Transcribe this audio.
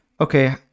okay